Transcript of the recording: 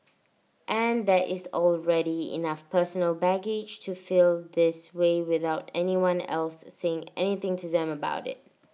and there is already enough personal baggage to feel this way without anyone else saying anything to them about IT